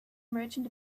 merchant